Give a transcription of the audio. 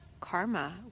karma